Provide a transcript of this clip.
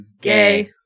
Gay